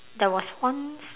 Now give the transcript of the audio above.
there was once